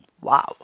Wow